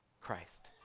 Christ